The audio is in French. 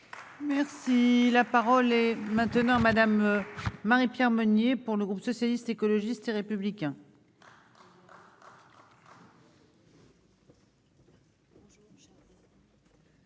Merci, la parole est maintenant madame. Marie-Pierre Meunier pour le groupe socialiste, écologiste et républicain.